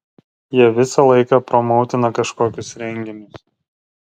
jie visą laiką promautina kažkokius renginius